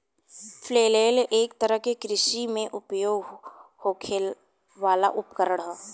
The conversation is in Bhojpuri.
फ्लेल एक तरह के कृषि में उपयोग होखे वाला उपकरण ह